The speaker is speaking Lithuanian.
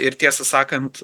ir tiesą sakant